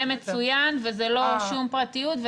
זה מצוין וזה לא שום פרטיות.